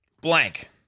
Blank